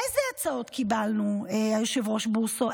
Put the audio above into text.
איזה הצעות קיבלנו, היושב-ראש בוסו?